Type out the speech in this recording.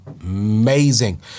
amazing